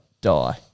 die